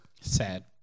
Sad